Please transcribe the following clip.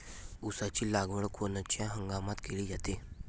ऊसाची लागवड कोनच्या हंगामात केली जाते?